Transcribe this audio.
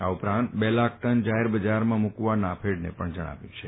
આ ઉપરાંત બે લાખ ટન જાહેર બજારમાં મુકવા નાફેડને જણાવ્યું છે